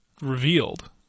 revealed